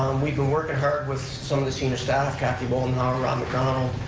we've been working hard with some of the senior staff, kathy moldenhauer, ron mcdonald,